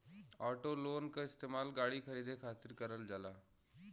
auto loan क इस्तेमाल गाड़ी खरीदे खातिर करल जाला